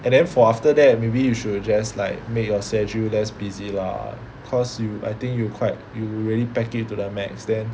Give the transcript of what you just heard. and then for after that maybe you should just like make your schedule less busy lah cause you I think you quite you really pack it to the max then